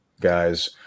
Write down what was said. guys